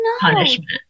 punishment